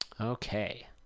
Okay